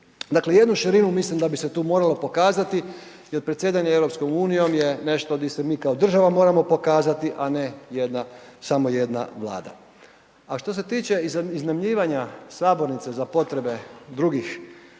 Dakle, jednu širinu mislim da bi se tu moralo pokazati jer predsjedanje EU je nešto di se mi kao država moramo pokazati, a ne jedna, samo jedna Vlada. A što se tiče iznajmljivanja sabornice za potrebe drugih ljudi,